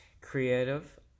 creative